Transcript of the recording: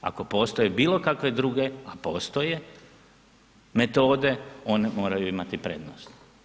Ako postoje bilokakve druge a postoje metode, one moraju imati prednost.